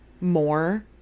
more